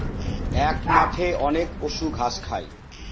এক মাঠে অনেক পশু ঘাস খায়